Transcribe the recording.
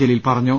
ജലീൽ പറഞ്ഞു